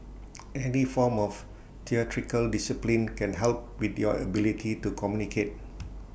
any form of theatrical discipline can help with your ability to communicate